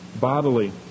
bodily